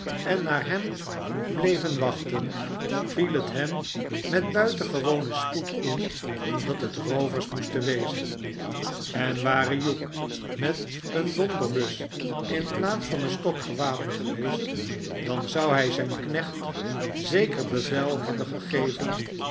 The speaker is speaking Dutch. en naar hem bleven wachten viel het hem met buitengewonen spoed in dat het roovers moesten wezen en ware hugh met een donderbus in plaats van een stok gewapend geweest dan zou hij zijn knecht zeker bevel hebben gegeven